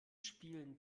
spielen